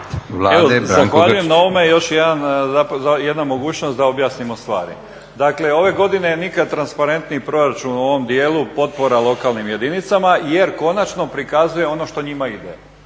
zahvaljujem na ovome, još jedna mogućnost da objasnimo stvari. Dakle ove godine nikada transparentniji proračun u ovom dijelu potpora lokalnim jedinicama jer konačno prikazuje ono što njima ide.